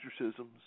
exorcisms